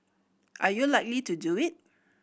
are you likely to do it